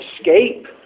escape